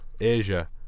Asia